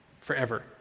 forever